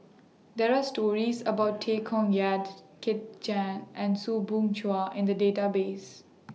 There Are stories about Tay Koh Yat Kit Chan and Soo Bin Chua in The Database